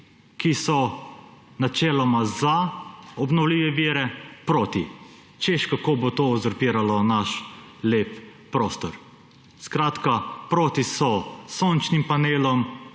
ki so načeloma za obnovljive vire, proti; češ, kako bo to uzurpiralo naš lep prostor. Skratka, proti so sončnim panelom,